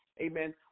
Amen